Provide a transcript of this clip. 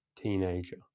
teenager